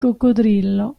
coccodrillo